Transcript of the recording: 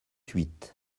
huit